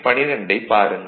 12 ஐ பாருங்கள்